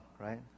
right